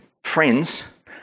Friends